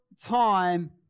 time